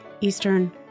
Eastern